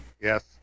yes